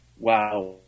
wow